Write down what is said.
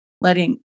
letting